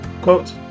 Quote